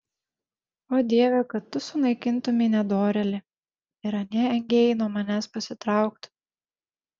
o dieve kad tu sunaikintumei nedorėlį ir anie engėjai nuo manęs pasitrauktų